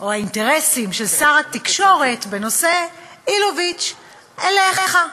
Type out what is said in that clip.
או האינטרסים של שר התקשורת בנושא אלוביץ, אליך.